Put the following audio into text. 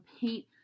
paint